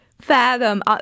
fathom